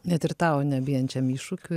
net ir tau nebijančiam iššūkių